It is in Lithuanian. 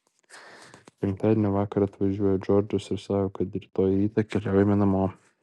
penktadienio vakarą atvažiuoja džordžas ir sako kad rytoj rytą keliaujame namo